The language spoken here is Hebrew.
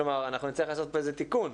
כלומר אנחנו נצטרך לעשות פה איזה תיקון.